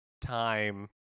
time